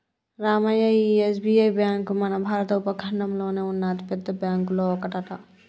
రామయ్య ఈ SBI bank మన భారత ఉపఖండంలోనే ఉన్న అతిపెద్ద బ్యాంకులో ఒకటట